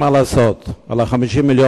אני עצוב, למה אתה שמח?